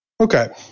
Okay